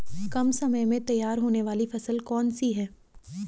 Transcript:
कम समय में तैयार होने वाली फसल कौन सी है?